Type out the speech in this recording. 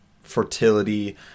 fertility